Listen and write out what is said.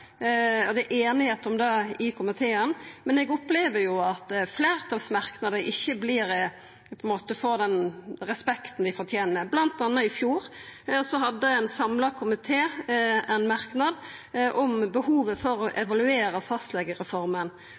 Det er einigheit om det i komiteen, men eg opplever at fleirtalsmerknadene på ein måte ikkje får den respekten dei fortener. Blant anna hadde ein samla komité i fjor ein merknad om behovet for å evaluera fastlegereforma.